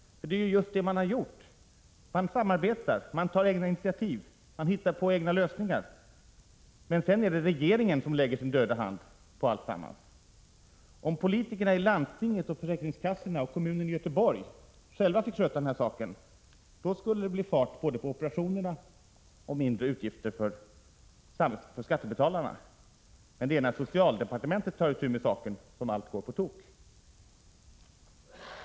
Man har ju gjort precis detta — man samarbetar, man tar egna initiativ, man hittar egna lösningar — men sedan är det regeringen som lägger sin döda hand över alltsammans. Om politikerna i landstinget och försäkringskassorna och kommunen i Göteborg fick sköta den här saken själva, då skulle det bli fart på operationerna och mindre utgifter för skattebetalarna. Men det är när socialdepartementet tar itu med saken som allt går på tok.